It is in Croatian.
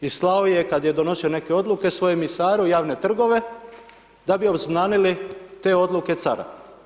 I slao je kad je donosio neke odluke, svojem ... javne trgove da bi obznanili te odluke cara.